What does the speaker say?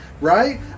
Right